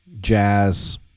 jazz